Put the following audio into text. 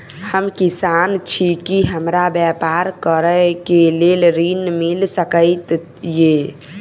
हम किसान छी की हमरा ब्यपार करऽ केँ लेल ऋण मिल सकैत ये?